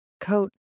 coat